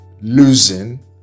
losing